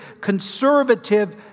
conservative